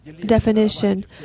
definition